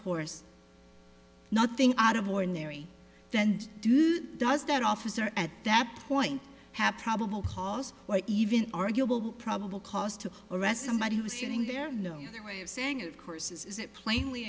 course nothing out of ordinary and do does that officer at that point have probable cause even arguable probable cause to arrest somebody who was sitting there no other way of saying of course is it plainly